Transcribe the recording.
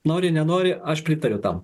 nori nenori aš pritariu tam